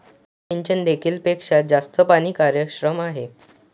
उपसिंचन देखील पेक्षा जास्त पाणी कार्यक्षम आहे